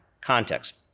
context